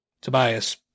Tobias